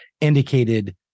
indicated